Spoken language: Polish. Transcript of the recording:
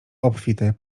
obfite